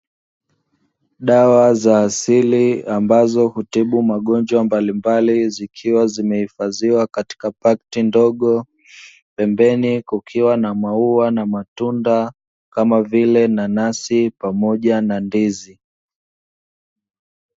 Dawa za asili ambazo hutibu magonjwa mbalimbali, zikiwa zimehifadhiwa katika pakti ndogo, pembeni kukiwa na maua na matunda, kama vile; nanasi pamoja na ndizi.